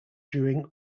during